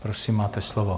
Prosím, máte slovo.